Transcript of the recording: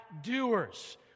doers